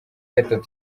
gatatu